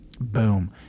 Boom